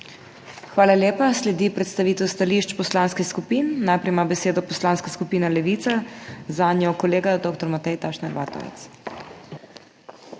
Hvala lepa. Sledi predstavitev stališč poslanskih skupin. Najprej ima besedo Poslanska skupina Levica, za njo kolega doktor Matej Tašner Vatovec.